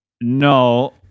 No